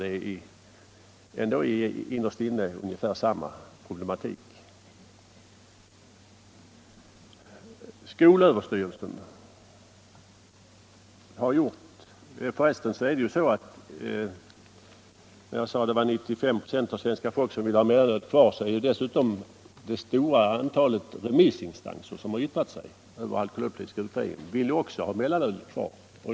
Det är ändå innerst inne ungefär samma problematik. Jag sade att 95 26 av medborgarna vill ha mellanölet kvar. Dessutom vill också det stora antalet av de remissinstanser som yttrat sig över alkoholpolitiska utredningen ha mellanölet kvar.